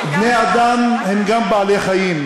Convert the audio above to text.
בני-אדם הם גם בעלי-חיים,